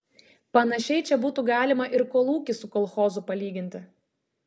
panašiai čia būtų galima ir kolūkį su kolchozu palyginti